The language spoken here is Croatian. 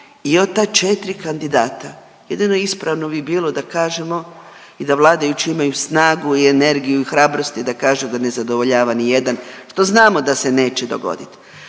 i od ta 4 kandidata jedino ispravno bi bilo da kažemo i da vladajući imaju snagu i energiju i hrabrosti da kaže da ne zadovoljava ni jedan. To znamo da se neće dogoditi.